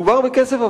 מדובר בכסף,